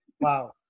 Wow